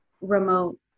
remote